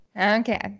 Okay